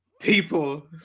people